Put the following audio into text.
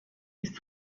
ist